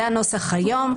זה הנוסח היום.